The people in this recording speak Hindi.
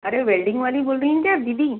अरे वेल्डिंग वाली बोल रहीं हैं क्या दीदी